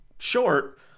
Short